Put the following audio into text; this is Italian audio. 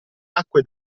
acque